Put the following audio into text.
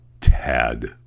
tad